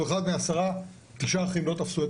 הוא אחד מעשרה ותשעה אחרים לא תפסו.